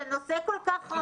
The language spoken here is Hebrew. זה נושא כל כך חשוב,